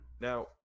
Now